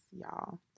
y'all